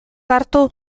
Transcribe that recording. hartu